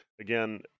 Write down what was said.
again